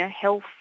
health